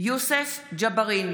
מתחייב אני יוסף ג'בארין,